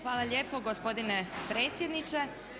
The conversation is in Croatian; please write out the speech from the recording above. Hvala lijepo gospodine predsjedniče.